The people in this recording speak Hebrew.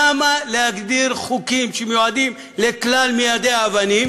למה להגדיר חוקים שמיועדים לכלל מיידי האבנים